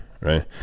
right